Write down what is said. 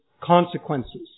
consequences